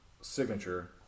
signature